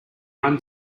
run